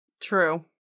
True